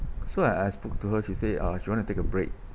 so I I spoke to her she said uh she want to take a break